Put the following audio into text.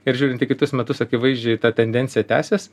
ir žiūrint į kitus metus akivaizdžiai ta tendencija tęsis